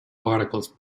particles